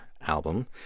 album